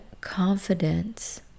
confidence